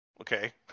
Okay